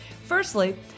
Firstly